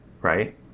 Right